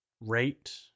rate